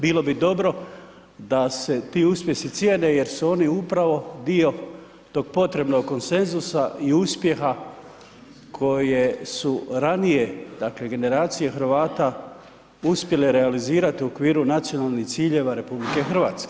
Bilo bi dobro da se ti uspjesi cijene jer su oni upravo dio tog potrebnog konsenzusa i uspjeha koje su ranije generacije Hrvata uspjele realizirati u okviru nacionalnih ciljeva RH.